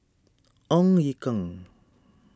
Ong Ye Kung